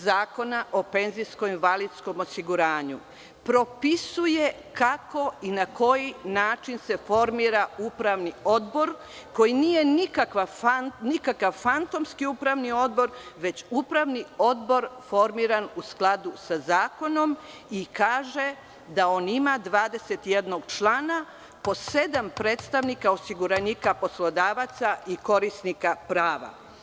Zakona o penzijskom i invalidskom osiguranju propisuje kako i na koji način se formira upravni odbor koji nije nikakav fantomski upravni odbor, već upravni odbor formiran u skladu sa zakonom i kaže da on ima 21 člana, po sedam predstavnika osiguranika, poslodavaca i korisnika prava.